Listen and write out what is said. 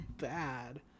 bad